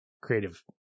creative